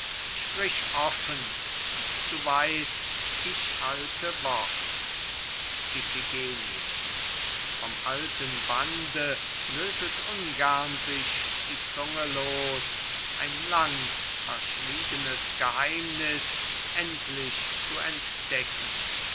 sprich offen und du weißt ich halte wort iphigenie vom alten bande löset ungern sich die zunge los ein lang verschwiegenes geheimniß endlich zu entdecken